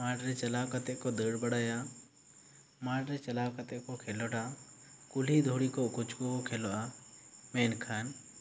ᱢᱟᱴ ᱨᱮ ᱪᱟᱞᱟᱣ ᱠᱟᱛᱮ ᱠᱚ ᱫᱟᱹᱲ ᱵᱟᱲᱟᱭᱟ ᱢᱟᱴ ᱨᱮ ᱪᱟᱞᱟᱣ ᱠᱟᱛᱮ ᱠᱚ ᱠᱷᱮᱞᱚᱰᱟ ᱠᱩᱞᱦᱤ ᱫᱷᱩᱲᱤ ᱠᱚ ᱩᱠᱩ ᱪᱩᱠᱩ ᱠᱚ ᱠᱷᱮᱞᱚᱜᱼᱟ ᱢᱮᱱᱠᱷᱟᱱ